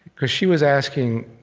because she was asking,